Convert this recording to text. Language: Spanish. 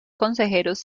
consejeros